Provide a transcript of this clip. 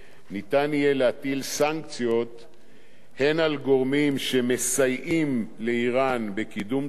ניתן יהיה להטיל סנקציות הן על גורמים שמסייעים לאירן בקידום תוכנית